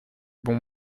bons